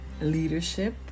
Leadership